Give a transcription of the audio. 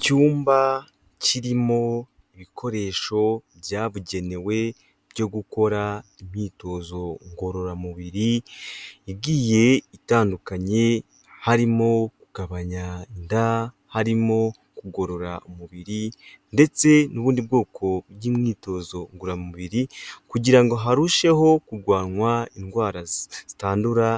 Icyumba kirimo ibikoresho byabugenewe byo gukora imyitozo ngororamubiri igiye itandukanye harimo kugabanya inda, harimo kugorora umubiri, ndetse n'ubundi bwoko bw'imyitozo ngororamubiri, kugira ngo harusheho kurwanywa indwara zitandura